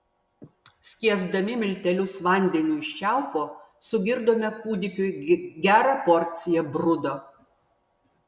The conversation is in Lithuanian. skiesdami miltelius vandeniu iš čiaupo sugirdome kūdikiui gerą porciją brudo